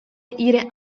ihre